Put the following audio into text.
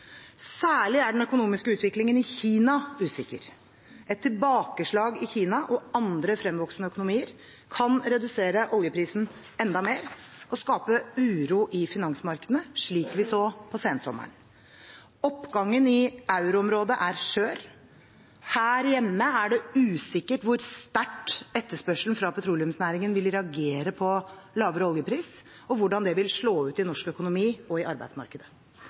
Særlig er den økonomiske utviklingen i Kina usikker. Et tilbakeslag i Kina og andre fremvoksende økonomier kan redusere oljeprisen enda mer og skape uro i finansmarkedene, slik vi så på sensommeren. Oppgangen i euroområdet er skjør. Her hjemme er det usikkert hvor sterkt etterspørselen fra petroleumsnæringen vil reagere på lavere oljepris, og hvordan det vil slå ut i norsk økonomi og i arbeidsmarkedet.